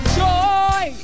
joy